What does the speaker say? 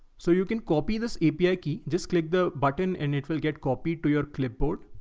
so you can copy this api ah key, just click the button and it will get copied to your clipboard.